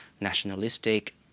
nationalistic